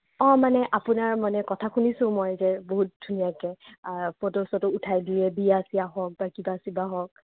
অঁ মানে আপোনাৰ মানে কথা শুনিছোঁ মই যে বহুত ধুনীয়াকৈ ফটো চটো উঠাই দিয়ে বিয়া চিয়া হওক বা কিবা চিবা হওক